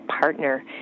partner